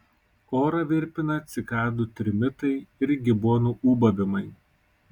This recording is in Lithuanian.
orą virpina cikadų trimitai ir gibonų ūbavimai